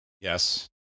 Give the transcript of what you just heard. Yes